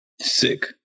sick